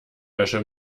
wäsche